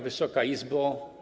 Wysoka Izbo!